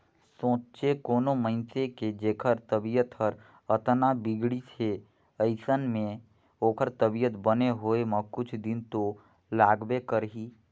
सोंचे कोनो मइनसे के जेखर तबीयत हर अतना बिगड़िस हे अइसन में ओखर तबीयत बने होए म कुछ दिन तो लागबे करही